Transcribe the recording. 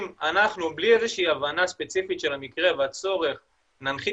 אם אנחנו בלי איזו שהיא הבנה ספציפית של המקרה והצורך ננחית